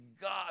God